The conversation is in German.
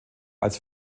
als